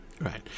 Right